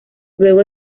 luego